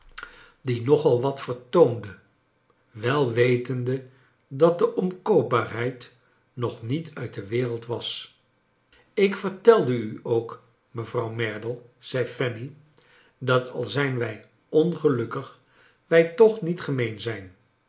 die nog al wat vertoonde wel wetende dat de omkoopbaarheid nog niet uit de wewereld was ik vertelde u ook mevrouw merdle zei fanny dat al zijn wij ongelukkig wrj toch niet